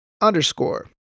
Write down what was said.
underscore